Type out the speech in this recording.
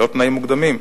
לא תנאים מוקדמים.